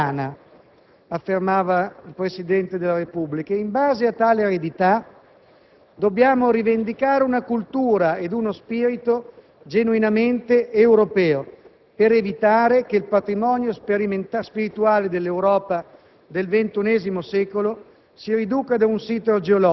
Veniamo da una comune eredità umana e cristiana» affermava il Presidente della Repubblica; in base a tale eredità dobbiamo «rivendicare una cultura ed uno spirito genuinamente europeo» per evitare che il patrimonio spirituale dell'Europa